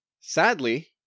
sadly